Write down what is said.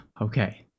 Okay